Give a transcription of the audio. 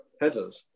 headers